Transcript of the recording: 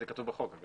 זה כתוב בחוק.